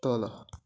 तल